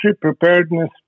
preparedness